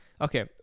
Okay